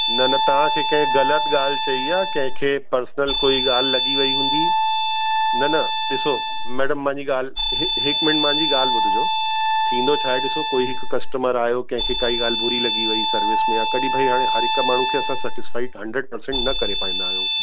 न न तव्हांखे कंहिं ग़लति ॻाल्हि चयी आहे कंहिंखे पर्सनल कोई ॻाल्हि लॻी वई हूंदी न न ॾिसो मैडम मुंहिंजी ॻाल्हि हीअ हिक मिन्ट मुंहिंजी ॻाल्हि ॿुधजो थींदो छा आहे ॾिसो कोई हिक कस्टमर आयो कंहिंखे काई ॻाल्हि बुरी लॻी वई सर्विस में या कॾहिं भई हाणे हर हिक माण्हू खे असां सेटिस्फ़ाइड हंड्रेड परसेंट न करे पाईंदा आहियूं